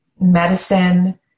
medicine